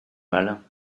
malin